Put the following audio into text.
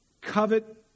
covet